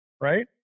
right